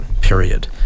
Period